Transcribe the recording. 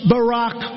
Barack